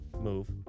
move